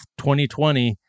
2020